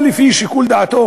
או לפי שיקול דעתו